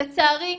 לצערי,